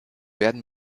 werden